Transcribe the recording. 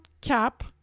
cap